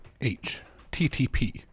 H-T-T-P